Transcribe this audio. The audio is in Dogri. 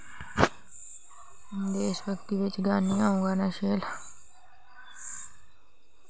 देश भगती बिच गाना गानी आं अं'ऊ शैल